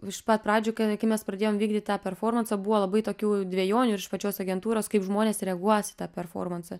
iš pat pradžių kai mes pradėjom vykdyt tą performansą buvo labai tokių dvejonių ir iš pačios agentūros kaip žmonės reaguos į tą performansą